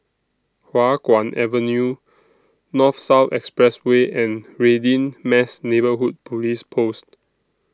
Hua Guan Avenue North South Expressway and Radin Mas Neighbourhood Police Post